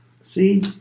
See